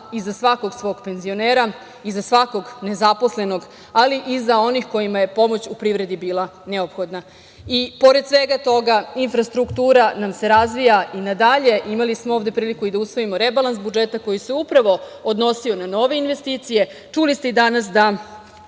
iza svakog svog penzionera, iza svakog nezaposlenog, ali i iza onih kojima je pomoć u privredi bila neophodna. Pored svega toga infrastruktura nam se razvija. Imali smo ovde priliku da usvojimo rebalans budžeta koji se upravo odnosio na novine investicije. Čuli ste i danas da